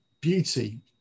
beauty